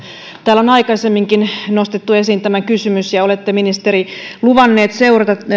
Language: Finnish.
täällä on aikaisemminkin nostettu esiin tämä kysymys ja ja olette ministeri luvannut seurata